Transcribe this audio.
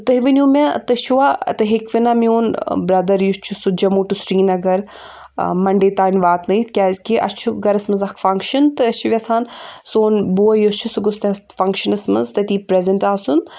تُہۍ ؤنِو مےٚ تُہۍ چھِوا تُہۍ ہیٚکہِ وُنَا مِیون برٛیدَر یُس چھُ سُہ جَموں ٹُو سریٖنگر مَنڈَے تانۍ واتنٲیِتھ کیازکہِ اَسہِ چھُ گَرَس منٛز اَکھ فنٛگشَن تہٕ أسۍ چھِ یَژھان سون بوے یُس چھُ سُہ گوٚژھ تَتھ فنٛگشَنَس منٛز تَتی پرٛؠزَنٛٹ آسُن